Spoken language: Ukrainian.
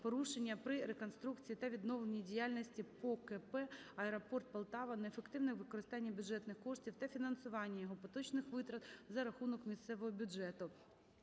порушення при реконструкції та відновленні діяльності ПОКП "Аеропорт-Полтава", неефективне використання бюджетних коштів та фінансування його поточних витрат за рахунок місцевого бюджету.